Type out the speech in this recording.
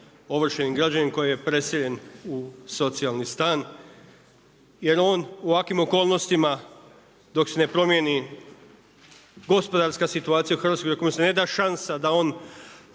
ovršenim građaninom koji je preseljen u socijalni stan jel on u ovakvim okolnostima dok se ne promijeni gospodarska situacija u Hrvatskoj, dok mu se ne da šansa da se